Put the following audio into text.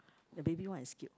the baby one is cute